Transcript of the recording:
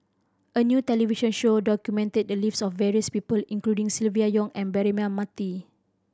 a new television show documented the lives of various people including Silvia Yong and Braema Mathi